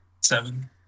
Seven